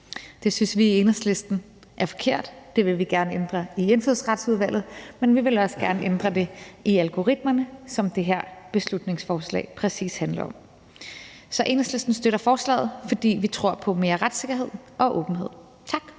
Det synes vi i Enhedslisten er forkert. Vi gerne ændre det i Indfødsretsudvalget, men vi vil også gerne ændre det i algoritmerne, som det her beslutningsforslag præcis handler om. Så Enhedslisten støtter forslaget, fordi vi tror på mere retssikkerhed og åbenhed. Tak.